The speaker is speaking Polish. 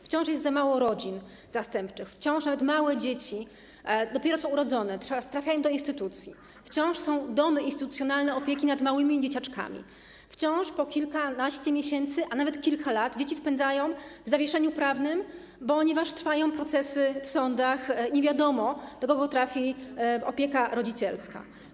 Wciąż jest za mało rodzin zastępczych, wciąż małe dzieci, dopiero co urodzone, trafiają do instytucji, wciąż są domy instytucjonalnej opieki nad małymi dzieciaczkami, wciąż po kilkanaście miesięcy, a nawet kilka lat dzieci spędzają w zawieszeniu prawnym, ponieważ trwają procesy w sądach i nie wiadomo, do kogo trafi opieka rodzicielska.